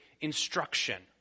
instruction